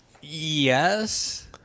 Yes